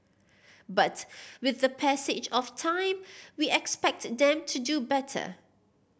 but with the passage of time we expect them to do better